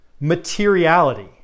materiality